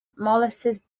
molasses